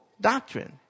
doctrine